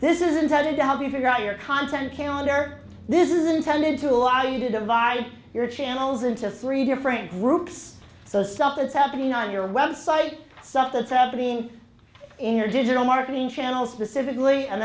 this is intended to help you figure out your content calendar this is intended to allow you to divide your channels into three different groups so supper is happening on your website such that's happening in your digital marketing channel specifically and